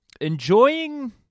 enjoying